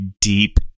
deep